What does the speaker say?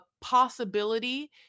possibility